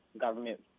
government